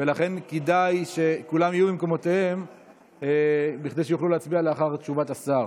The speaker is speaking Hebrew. כדאי שכולם יהיו במקומותיהם כדי שיוכלו להצביע לאחר תשובת השר.